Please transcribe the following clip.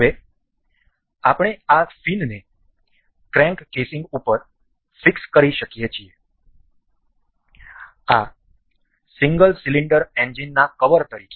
હવે આપણે આ ફિનને ક્રેન્ક કેસિંગ ઉપર ફિક્સ કરી શકીએ છીએ આ સિંગલ સિલિન્ડર એન્જિન ના કવર તરીકે